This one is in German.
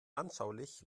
anschaulich